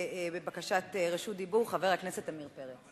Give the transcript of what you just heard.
בבקשת רשות דיבור, חבר הכנסת עמיר פרץ.